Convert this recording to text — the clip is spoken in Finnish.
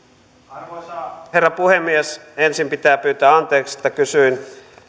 arvoisa herra puhemies ensin pitää pyytää anteeksi että kysyin